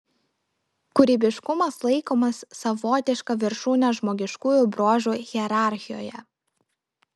kūrybiškumas laikomas savotiška viršūne žmogiškųjų bruožų hierarchijoje